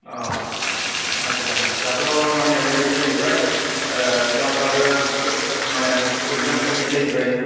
अ' आच्छा दाथ' माने ओरैबादि जाहैबाय क्लासाबो माने इखजाम खाथि जाहैबाय